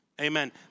Amen